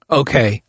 okay